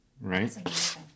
Right